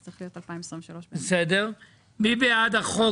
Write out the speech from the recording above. זה צריך להיות 2023. מי בעד החוק?